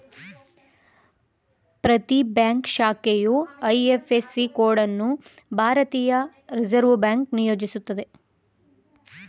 ಪ್ರತಿ ಬ್ಯಾಂಕ್ ಶಾಖೆಯು IFSC code ಅನ್ನು ಭಾರತೀಯ ರಿವರ್ಸ್ ಬ್ಯಾಂಕ್ ನಿಯೋಜಿಸುತ್ತೆ